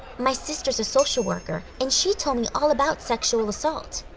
my sister's a social worker and she told me all about sexual assault.